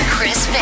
Chris